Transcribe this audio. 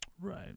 Right